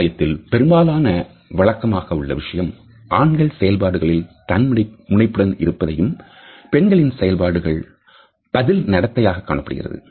சமுதாயத்தில் பெரும்பாலான வழக்கமாக உள்ள விஷயம் ஆண்கள் செயல்பாடுகளில் தன்முனைப்புடன் இருப்பதையும் பெண்களின் செயல்பாடுகள் பதில் நடத்தை ஆக காணப்படுகிறது